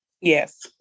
Yes